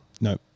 No